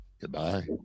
Goodbye